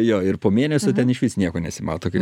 jo ir po mėnesio ten išvis nieko nesimato kai